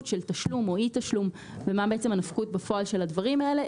של תשלום או אי תשלום ומה בעצם הנפקות בפועל של הדברים האלה.